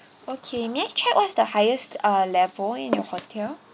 okay may I check what's the highest uh level in your hotel